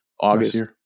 August